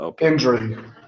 Injury